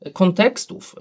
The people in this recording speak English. kontekstów